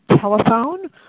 telephone